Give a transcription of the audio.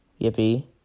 Yippee